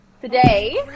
today